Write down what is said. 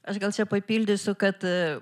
aš gal čia papildysiu kad